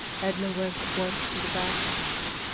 edna went at once to the bath-house,